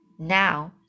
now